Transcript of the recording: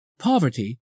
Poverty